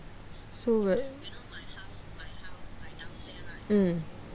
so weird mm